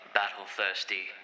battle-thirsty